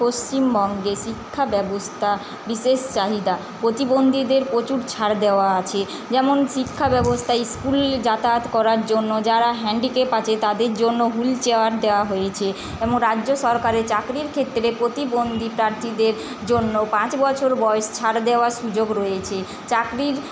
পশ্চিমবঙ্গে শিক্ষাব্যবস্থা বিশেষ চাহিদা প্রতিবন্ধীদের প্রচুর ছাড় দেওয়া আছে যেমন শিক্ষা ব্যবস্থা স্কুল যাতায়াত করার জন্য যারা হ্যান্ডিক্যাপ আছে তাদের জন্য হুলচেয়ার দেওয়া হয়েছে এবং রাজ্য সরকারের চাকরির ক্ষেত্রে প্রতিবন্ধী প্রার্থীদের জন্য পাঁচ বছর বয়স ছাড় দেওয়ার সুযোগ রয়েছে চাকরির